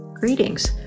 Greetings